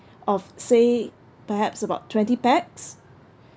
of say perhaps about twenty pax